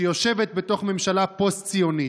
שיושבת בתוך ממשלה פוסט-ציונית,